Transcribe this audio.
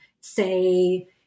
say